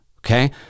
Okay